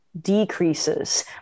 decreases